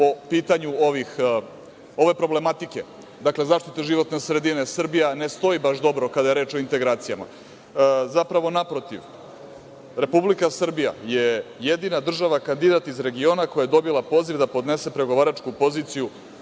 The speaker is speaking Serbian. po pitanju ove problematike, dakle, zaštite životne sredine, Srbija ne stoji baš dobro kada je reč o integracijama, zapravo naprotiv, Republika Srbija je jedina država kandidat iz regiona koja je dobila poziv da podnese pregovaračku poziciju